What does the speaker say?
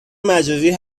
مجازی